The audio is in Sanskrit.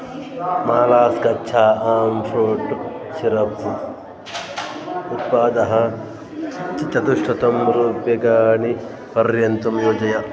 मालास् कच्छा आम् फ्रूट् सिरप्स् उत्पादः चतुश्शतं रूप्यकाणि पर्यन्तं योजय